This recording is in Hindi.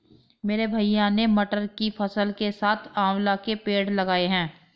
मेरे भैया ने मटर की फसल के साथ आंवला के पेड़ लगाए हैं